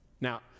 Now